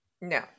No